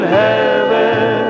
heaven